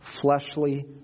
Fleshly